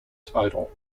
title